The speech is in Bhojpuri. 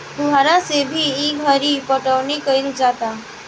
फुहारा से भी ई घरी पटौनी कईल जाता